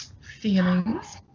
feelings